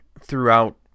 throughout